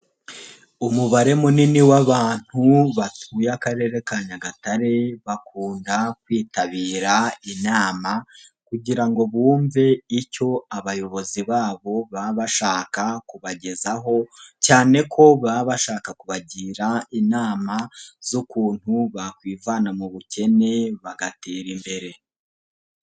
Umubare munini w'abantu batuye Akarere ka Nyagatare bakunda kwitabira inama kugira ngo bumve icyo abayobozi babo baba bashaka kubagezaho, cyane ko baba bashaka kubagira inama z'ukuntu bakwivana mu bukene bagatera imbere.